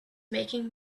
making